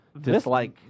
dislike